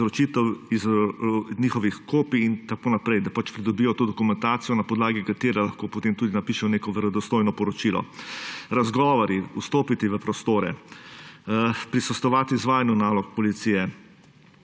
izročitev njihovih kopij in tako naprej, da pridobijo to dokumentacijo, na podlagi katere lahko potem tudi napišejo neko verodostojno poročilo. Razgovori, vstopiti v prostore, prisostvovati izvajanju nalog policije,